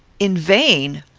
in vain!